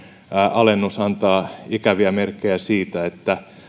alennus antaa ikäviä merkkejä siitä että